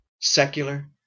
secular